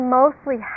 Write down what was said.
mostly